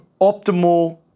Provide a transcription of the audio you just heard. optimal